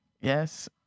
Yes